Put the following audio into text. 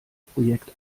projekt